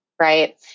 Right